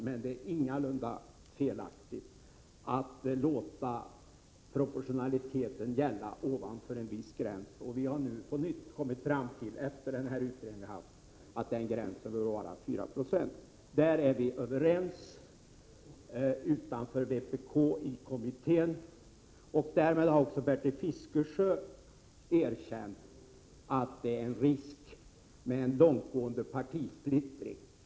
Men det är ingalunda felaktigt att låta proportionaliteten gälla ovanför en viss gräns. Efter den utredning som nu har förevarit har vi på nytt kommit fram till att denna gräns bör vara 4 96. Där är vi i kommittén överens förutom vpk. Därmed har också Bertil Fiskesjö erkänt att det föreligger en risk med en långtgående partisplittring.